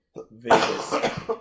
Vegas